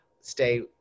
stay